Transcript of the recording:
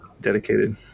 dedicated